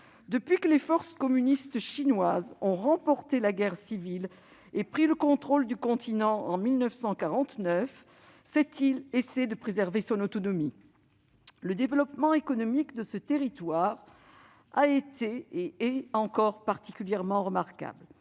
Depuis que les forces communistes chinoises ont remporté la guerre civile et pris le contrôle du continent en 1949, ce pays essaie de préserver son autonomie. Le développement économique de ce territoire a été et reste particulièrement remarquable.